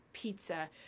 pizza